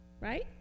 Right